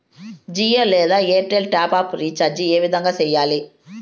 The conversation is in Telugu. జియో లేదా ఎయిర్టెల్ టాప్ అప్ రీచార్జి ఏ విధంగా సేయాలి